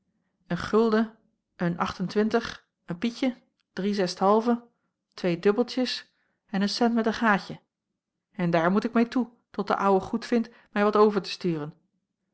een gulden een acht-en-twintig een pietje drie zest'halven twee dubbeltjes en een cent met een gaatje en daar moet ik meê toe tot de ouwe goedvindt mij wat over te sturen